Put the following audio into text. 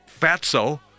fatso